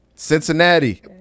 Cincinnati